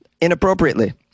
inappropriately